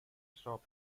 stop